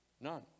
None